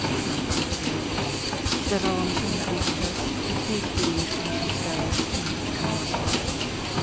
cóż mam wam powiedzieć zdawało mi się naówczas i w tej chwili jeszcze mi się zdaje że księżniczka miała słuszność